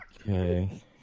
Okay